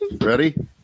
Ready